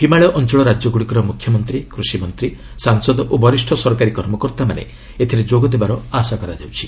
ହିମାଳୟ ଅଞ୍ଚଳ ରାକ୍ୟଗୁଡ଼ିକର ମ୍ରଖ୍ୟମନ୍ତ୍ରୀ କୃଷିମନ୍ତ୍ରୀ ସାଂସଦ ଓ ବରିଷ୍ଣ ସରକାରୀ କର୍ମକର୍ତ୍ତାମାନେ ଏଥିରେ ଯୋଗଦେବାର ଆଶା କରାଯାଉଛି